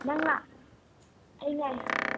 ꯅꯪ ꯂꯥꯛ ꯑꯩ ꯉꯥꯏ